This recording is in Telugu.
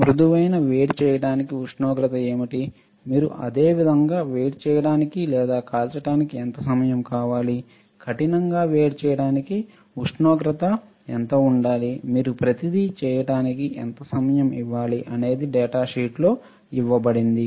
మృదువైన వేడి చేయడానికి ఉష్ణోగ్రత ఏమిటి మీరు అదే విధంగా వేడి చేయడానికి లేదా కాల్చడానికి ఎంత సమయం ఉండాలి కఠినంగా వేడి చేయడానికి ఉష్ణోగ్రత ఎంత ఉండాలి మీరు ప్రతిదీ చేయడానికి ఎంత సమయం ఇవ్వాలి అనేది డేటా షీట్ లో ఇవ్వబడింది